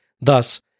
Thus